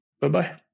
bye-bye